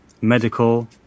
medical